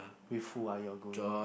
with who ah you're going